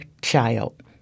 child